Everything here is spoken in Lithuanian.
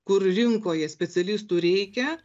kur rinkoje specialistų reikia